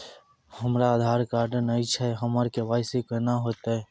हमरा आधार कार्ड नई छै हमर के.वाई.सी कोना हैत?